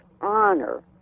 honor